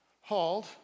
hauled